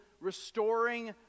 restoring